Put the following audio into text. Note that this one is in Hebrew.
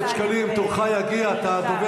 כן.